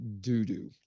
doo-doo